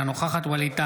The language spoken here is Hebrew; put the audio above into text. אינה נוכחת ווליד טאהא,